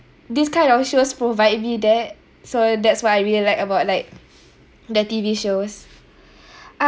this kind of shows provide me that so that's what I really like about like the T_V shows